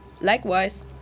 likewise